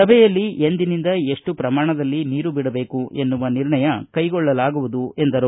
ಸಭೆಯಲ್ಲಿ ಎಂದಿನಿಂದ ಎಷ್ಟು ಪ್ರಮಾಣದಲ್ಲಿ ನೀರು ಬಿಡಬೇಕು ಎನ್ನುವ ನಿರ್ಣಯ ಕೈಗೊಳ್ಳಲಾಗುವುದು ಎಂದರು